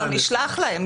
נשלח להם.